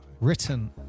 written